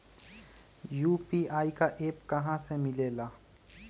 UPI का app कहा से मिलेला?